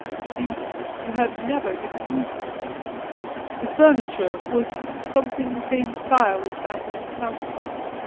which seemed to have never been used the furniture was something the same style as that in the south rooms,